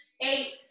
eight